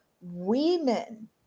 women